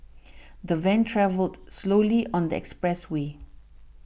the van travelled slowly on the expressway